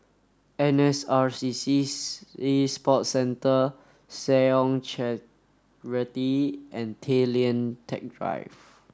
N S R C C Sea Sports Centre Seh Ong Charity and Tay Lian Teck Drive